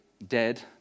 dead